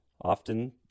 often